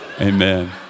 Amen